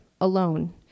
alone